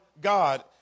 God